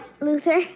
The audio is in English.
Luther